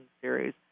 series